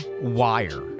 WIRE